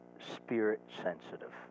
spirit-sensitive